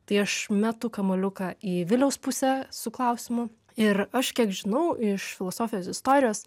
tai aš metu kamuoliuką į viliaus pusę su klausimu ir aš kiek žinau iš filosofijos istorijos